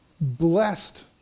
Blessed